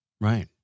Right